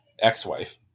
ex-wife